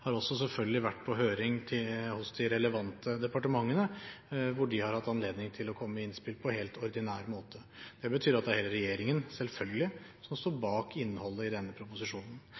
har også selvfølgelig vært på høring hos de relevante departementene, hvor de har hatt anledning til å komme med innspill på helt ordinær måte. Det betyr at det er hele regjeringen – selvfølgelig – som står bak innholdet i denne proposisjonen.